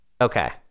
Okay